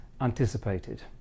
anticipated